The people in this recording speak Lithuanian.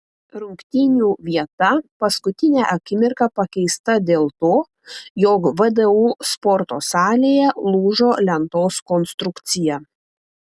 rungtynių vieta paskutinę akimirką pakeista dėl to jog vdu sporto salėje lūžo lentos konstrukcija